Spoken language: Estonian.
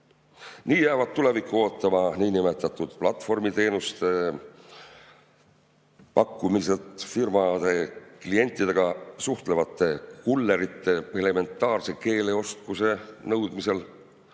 Nii jäävad tulevikku ootama niinimetatud platvormiteenuste pakkumisel firmade klientidega suhtlevatelt kulleritelt elementaarse keeleoskuse nõudmine,